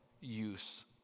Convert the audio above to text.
use